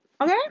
okay